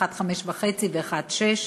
1.55 ו-1.6,